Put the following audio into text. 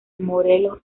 morelos